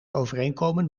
overeenkomen